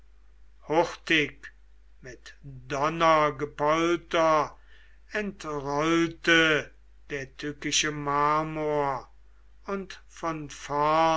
hurtig mit donnergepolter entrollte der tückische marmor und von